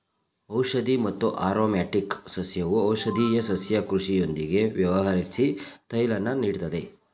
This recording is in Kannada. ಔಷಧಿ ಮತ್ತು ಆರೊಮ್ಯಾಟಿಕ್ ಸಸ್ಯವು ಔಷಧೀಯ ಸಸ್ಯ ಕೃಷಿಯೊಂದಿಗೆ ವ್ಯವಹರ್ಸಿ ತೈಲನ ನೀಡ್ತದೆ